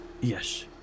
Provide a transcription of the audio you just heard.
Yes